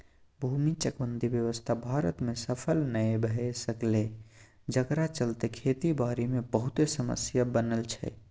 भूमि चकबंदी व्यवस्था भारत में सफल नइ भए सकलै जकरा चलते खेती बारी मे बहुते समस्या बनल छै